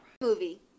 Movie